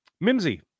Mimsy